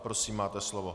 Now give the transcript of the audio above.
Prosím, máte slovo.